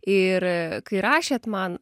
ir kai rašėt man